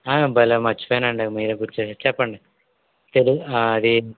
భలే మర్చిపోయనండి మీరే గుర్తు చేసారు చెప్పండి అది